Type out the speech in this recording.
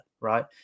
right